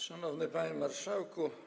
Szanowny Panie Marszałku!